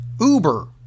Uber